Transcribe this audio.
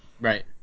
Right